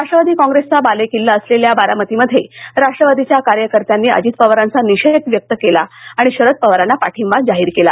राष्ट्रवादी कॉंग्रेसचा बालेकील्ला असलेल्या बारामतीमध्ये राष्ट्रवादीच्या कार्यकर्त्यांनी अजित पवारांचा निषेध व्यक्त केला आणि शरद पवार यांना पाठींबा जाहीर केला